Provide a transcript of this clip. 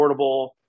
affordable